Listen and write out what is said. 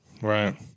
Right